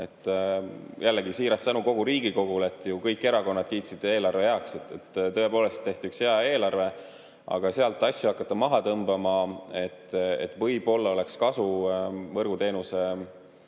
Jällegi siiras tänu kogu Riigikogule, et kõik erakonnad kiitsid eelarve heaks. Tõepoolest tehti üks hea eelarve. Sealt asju hakata maha tõmbama, et võib-olla oleks kasu võrguteenuse